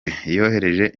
yohereje